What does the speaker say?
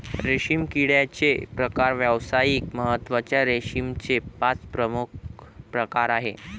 रेशीम किड्याचे प्रकार व्यावसायिक महत्त्वाच्या रेशीमचे पाच प्रमुख प्रकार आहेत